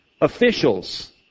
officials